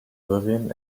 urim